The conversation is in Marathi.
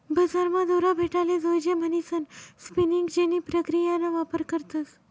बजारमा दोरा भेटाले जोयजे म्हणीसन स्पिनिंग जेनी प्रक्रियाना वापर करतस